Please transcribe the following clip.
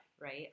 right